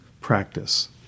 practice